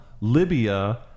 Libya